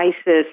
Isis